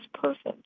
perfect